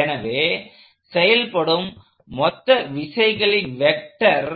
எனவே செயல்படும் மொத்த விசைகளின் வெக்டர்